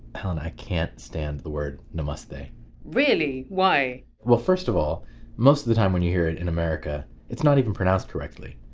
helen, i can't stand the word! namaste! really? why? well, first of all most of the time when you hear it in america it's not even pronounced correctly.